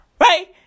Right